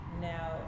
Now